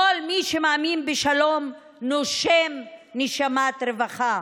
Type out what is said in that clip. כל מי שמאמין בשלום נושם נשימת רווחה.